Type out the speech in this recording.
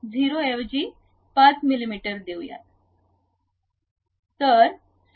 0 ऐवजी 5 मिमी देऊ